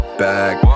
back